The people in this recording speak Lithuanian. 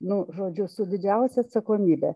nu žodžiu su didžiausia atsakomybe